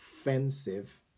offensive